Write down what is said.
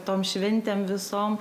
tom šventėm visom